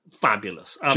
Fabulous